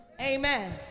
amen